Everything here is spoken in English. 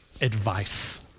advice